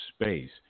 space